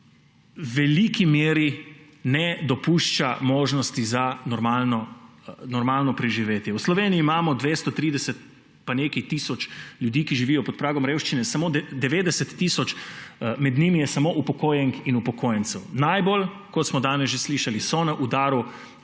veliki meri ne dopušča možnosti za normalno preživetje. V Sloveniji imamo 230 pa nekaj tisoč ljudi, ki živijo pod pragom revščine, samo 90 tisoč med njimi jih je upokojenk in upokojencev. Najbolj, kot smo danes že slišali, so na udaru